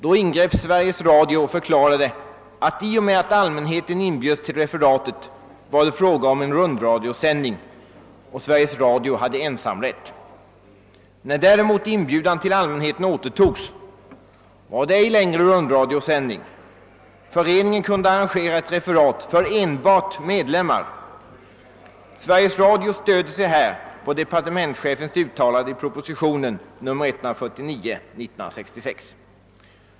Då ingrep Sveriges Radio och förklarade att i och med att allmänheten inbjöds till referatet var det fråga om rundradiosändning och Sveriges Radio hade ensamrätt. När däremot inbjudan till allmänheten återtogs var det ej längre fråga om rundradiosändning. Föreningen kunde arrangera ett referat för enbart medlemmar. Sveriges Radio stöder sig härvidlag på departementschefens uttalande i propositionen 149 år 1966.